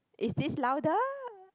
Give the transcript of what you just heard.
is this louder